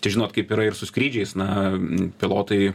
čia žinot kaip yra ir su skrydžiais na pilotai